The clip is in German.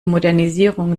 modernisierung